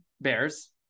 Bears